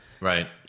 Right